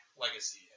legacy